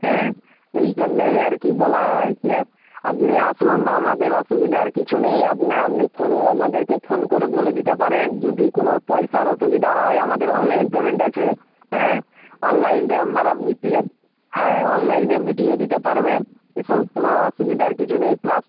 হ্যাঁ এই জন্যেই আর কি বলা আর কি আর আপনি আসুন আমাদের অসুবিধার কিছু নেই আপনি আপনি ফোনেও আমাদেরকে ফোন করে বলে দিতে পারেন যদি কোনো পয়সার অসুবিধা হয় আমাদের অনলাইন পেমেন্ট আছে হ্যাঁ অনলাইনটা আপনারা মিটিয়ে হ্যাঁ অনলাইনে মিটিয়ে দিতে পারবেন এসব কোনো অসুবিধার কিছু নেই প্লাস